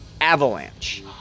avalanche